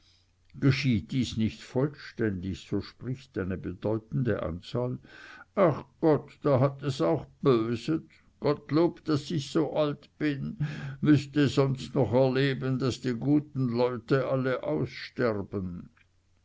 geschieht dieses nicht vollständig so spricht eine bedeutende anzahl ach gott da hat es auch böset gottlob daß ich so alt bin müßte sonst noch erleben daß die guten leute alle aussterben